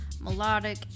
melodic